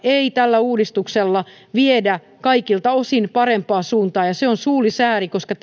ei tällä uudistuksella viedä kaikilta osin parempaan suuntaan ja se on suuri sääli koska